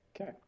Okay